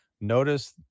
notice